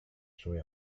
suoi